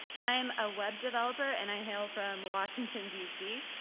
i am a web developer and i hail from washington dc.